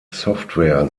software